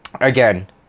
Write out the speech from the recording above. again